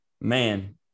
man